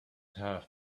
have